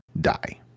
die